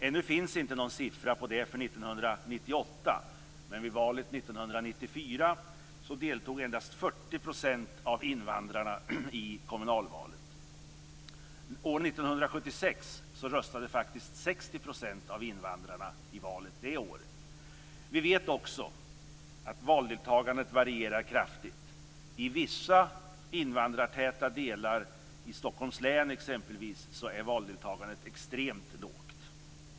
Ännu finns inte någon siffra för 1998, men vid valet 1994 deltog endast 40 % av invandrarna i kommunalvalet. År 1976 röstade 60 % av invandrarna i valet. Vi vet också att valdeltagandet varierar kraftigt. I vissa invandrartäta delar av t.ex. Stockholms län är det extremt lågt.